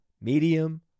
medium